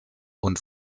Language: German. und